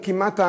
וכמעט,